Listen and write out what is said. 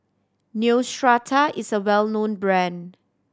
Neostrata is a well known brand